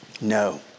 No